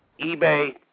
ebay